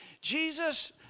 Jesus